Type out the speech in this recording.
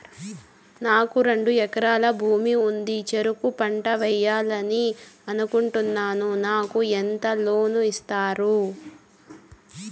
నాకు రెండు ఎకరాల భూమి ఉంది, చెరుకు పంట వేయాలని అనుకుంటున్నా, నాకు ఎంత లోను ఇస్తారు?